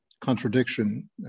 contradiction